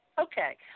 Okay